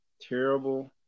terrible –